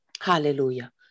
Hallelujah